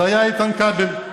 זה היה איתן כבל,